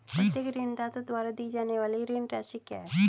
प्रत्येक ऋणदाता द्वारा दी जाने वाली ऋण राशि क्या है?